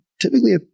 typically